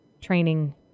training